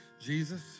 Jesus